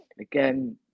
Again